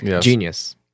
Genius